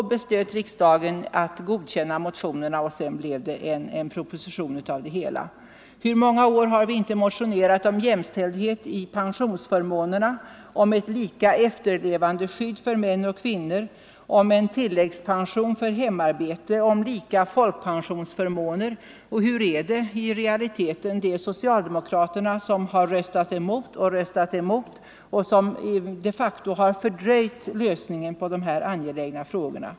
Då beslöt riksdagen att godkänna förslagen, och sedan blev det en proposition av det hela. Hur många år har vi inte motionerat om jämställdhet i fråga om pensionsförmånerna, om ett lika efterlevandeskydd för män och kvinnor, om en tilläggspension för hemarbetande och om lika folkpensionsförmåner? Hur är det i realiteten? Jo, det är socialdemokraterna som har röstat emot och röstat emot och som de facto har fördröjt lösningen av dessa angelägna frågor.